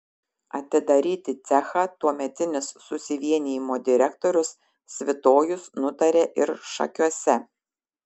atidaryti cechą tuometinis susivienijimo direktorius svitojus nutarė ir šakiuose